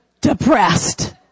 depressed